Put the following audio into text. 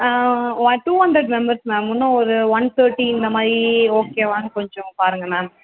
ஒரு two hundred members ma'am இன்னும் ஒரு ஒன் தேர்ட்டி இந்தமாதிரி ஓகேவான்னு கொஞ்சம் பாருங்கள் மேம்